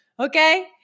Okay